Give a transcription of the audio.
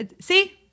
See